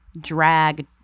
drag